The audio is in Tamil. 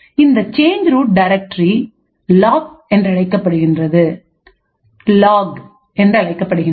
இந்த சேஞ்சு ரூட் டைரக்டரி லாக் என்றழைக்கப்படுகின்றது